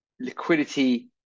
liquidity